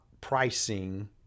pricing